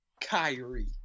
Kyrie